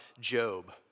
Job